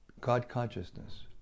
God-consciousness